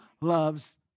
loves